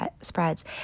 spreads